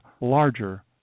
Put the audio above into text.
larger